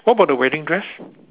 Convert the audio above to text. what about the wedding dress